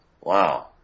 Wow